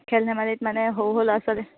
খেল ধেমালিত মানে সৰু সৰু ল'ৰা ছোৱালীক